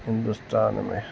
ہندوستان میں